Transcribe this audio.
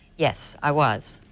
yes. i was.